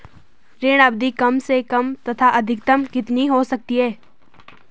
ऋण अवधि कम से कम तथा अधिकतम कितनी हो सकती है?